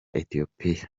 etiyopiya